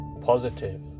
positive